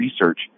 Research